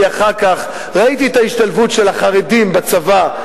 אחר כך ראיתי את ההשתלבות של החרדים בצבא.